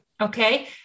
Okay